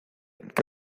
que